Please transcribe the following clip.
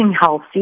healthy